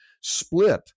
split